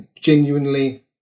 genuinely